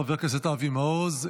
חבר הכנסת אבי מעוז,